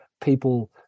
people